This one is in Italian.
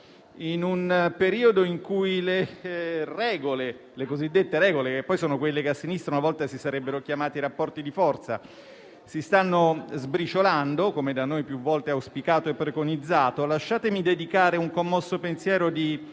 In un periodo in cui le regole - le cosiddette regole - che poi sono quelle che a sinistra una volta si sarebbero chiamati i rapporti di forza, si stanno sbriciolando - come da noi più volte auspicato e preconizzato - lasciatemi dedicare un commosso pensiero di